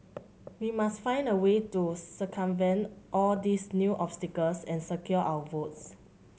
we must find a way to circumvent all these new obstacles and secure our votes